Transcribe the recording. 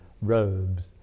robes